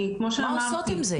אני כמו שאמרתי --- מה עושות עם זה?